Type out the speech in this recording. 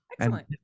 excellent